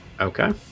Okay